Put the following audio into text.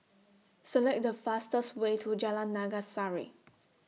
Select The fastest Way to Jalan Naga Sari